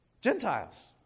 Gentiles